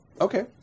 Okay